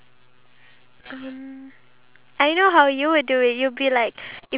you push me when I was racing with you